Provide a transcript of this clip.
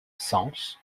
sens